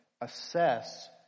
assess